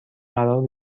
قرار